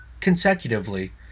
consecutively